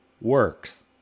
works